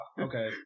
Okay